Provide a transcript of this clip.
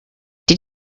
did